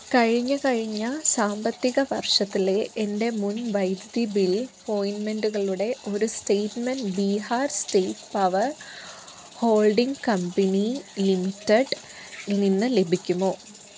കഴിഞ്ഞ കഴിഞ്ഞ സാമ്പത്തിക വർഷത്തിലെ എൻ്റെ മുൻ വൈദ്യുതി ബിൽ പോയ്മെൻ്റുകളുടെ ഒരു statement Bihar state power holding company ലിമിറ്റഡില്നിന്ന് ലഭിക്കുമോ